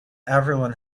everyone